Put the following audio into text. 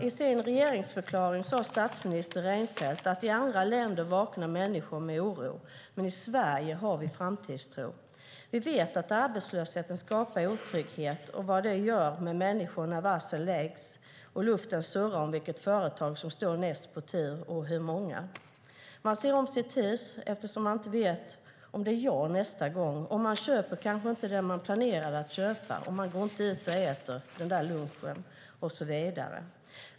I sin regeringsförklaring sade statsminister Reinfeldt att i andra länder vaknar människor med oro, men i Sverige har vi framtidstro. Vi vet att arbetslösheten skapar otrygghet och vad den gör med människor när varsel läggs och luften surrar av vilket företag som står näst på tur och hur många som kommer att varslas. Man ser om sitt hus eftersom man inte vet om det är jag nästa gång. Man köper kanske inte det man har planerat att köpa, man går inte ut och äter den där lunchen och så vidare.